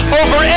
over